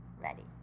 ready